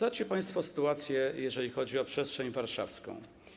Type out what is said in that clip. Znacie państwo sytuację, jeżeli chodzi o przestrzeń warszawską.